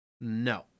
No